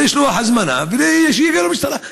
לשלוח הזמנה ושיגיעו למשטרה.